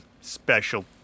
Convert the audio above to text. special